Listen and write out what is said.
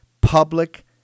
Public